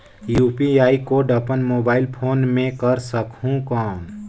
UPI code अपन mobile phone मे कर सकहुं कौन?